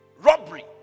Robbery